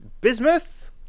Bismuth